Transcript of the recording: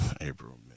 April